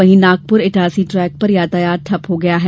वहीं नागपुर इटारसी द्रेक पर यातायात ठप्प हो गया है